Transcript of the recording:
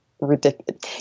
ridiculous